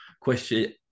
question